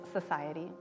society